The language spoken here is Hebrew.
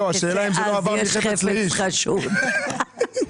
לא נוגעים בו?